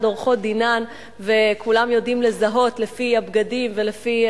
עורכות-דינן וכולם יודעים לזהות לפי הבגדים ולפי,